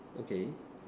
okay